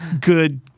good